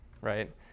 right